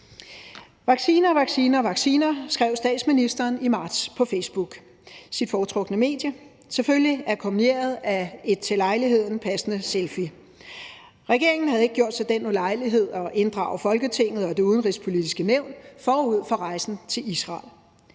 Vacciner, vacciner, vacciner, skrev statsministeren i marts på Facebook, hendes foretrukne medie, selvfølgelig akkompagneret af en til lejligheden passende selfie. Regeringen havde ikke gjort sig den ulejlighed at inddrage Folketinget og Det Udenrigspolitiske Nævn forud for rejsen til Israel.